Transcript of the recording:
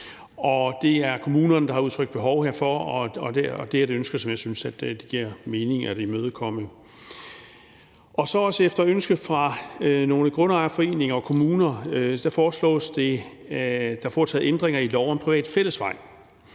Det er kommunerne, der har udtrykt behov herfor, og det er et ønske, som jeg synes giver mening at imødekomme. Efter ønske fra nogle grundejerforeninger og kommuner foreslås der foretaget ændringer i lov om private fællesveje.